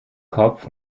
kopf